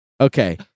Okay